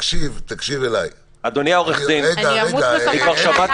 תקשיב לי --- אדוני העורך דין --- אני אמות --- שמעתי